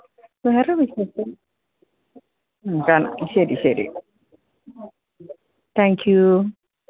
വേറെ വിശേഷം ആ കാണാം ശരി ശരി താങ്ക് യൂ